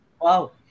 Wow